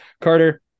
Carter